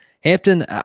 Hampton